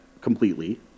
completely